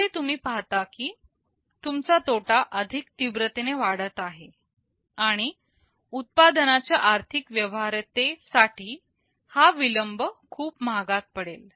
जसे तुम्ही पाहता की तुमचा तोटा अधिक तीव्रतेने वाढत आहे आणि उत्पादनाच्या आर्थिक व्यवहार्यते साठी हा विलंब खूप महागात पडेल